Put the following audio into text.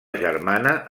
germana